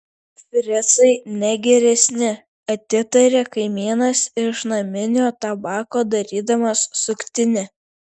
fricai ne geresni atitaria kaimynas iš naminio tabako darydamas suktinę